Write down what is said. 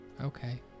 Okay